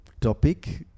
topic